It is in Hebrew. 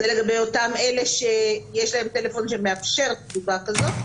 זה לגבי אותם אלה שיש להם טלפון שמאפשר תגובה כזאת.